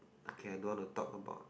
okay I don't want to talk about